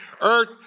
earth